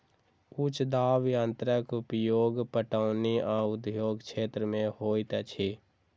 उच्च दाब यंत्रक उपयोग पटौनी आ उद्योग क्षेत्र में होइत अछि